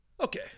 okay